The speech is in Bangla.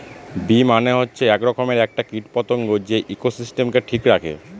বী মানে হচ্ছে এক রকমের একটা কীট পতঙ্গ যে ইকোসিস্টেমকে ঠিক রাখে